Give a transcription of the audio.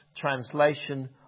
translation